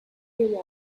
year